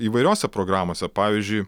įvairiose programose pavyzdžiui